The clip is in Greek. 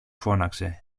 φώναξε